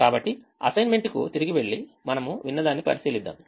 కాబట్టి అసైన్మెంట్ కు తిరిగి వెళ్లి మనము విన్నదాన్ని పరిశీలిద్దాము